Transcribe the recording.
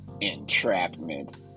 Entrapment